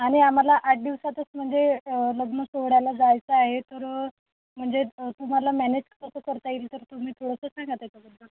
आणि आम्हाला आठ दिवसातच म्हणजे लग्नसोहळ्याला जायचं आहे तर म्हणजे तुम्हाला मॅनेज कसं करता येईल तर तुम्ही थोडंसं सांगा त्याच्याबद्दल